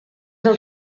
del